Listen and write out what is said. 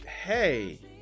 hey